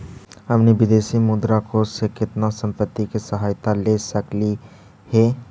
हमनी विदेशी मुद्रा कोश से केतना संपत्ति के सहायता ले सकलिअई हे?